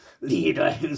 leader